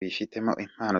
impano